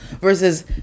Versus